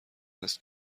است